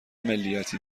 ملیتی